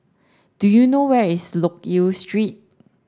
do you know where is Loke Yew Street